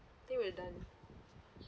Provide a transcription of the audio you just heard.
I think we are done